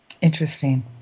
Interesting